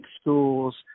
schools –